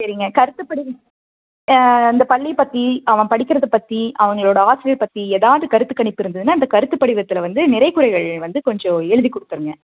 சரிங்க கருத்து தெரிவி இந்த பள்ளி பற்றி அவன் படிக்கிறதை பற்றிஅவங்களோடய ஆசிரியர் பற்றி ஏதாவுது கருத்துக்கணிப்பு இருந்ததுன்னால் இந்த கருத்துப்படிவத்தில் வந்து நிறை குறைகள் வந்து கொஞ்சம் எழுதிக்கொடுத்துருங்க